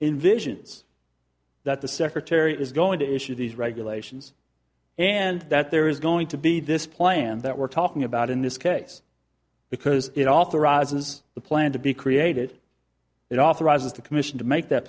in visions that the secretary is going to issue these regulations and that there is going to be this plan that we're talking about in this case because it authorizes the plan to be created it authorizes the commission to make that